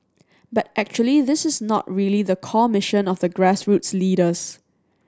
but actually this is not really the core mission of the grassroots leaders